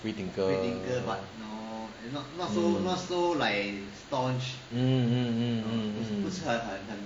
free thinker mm mm mm mm mm mm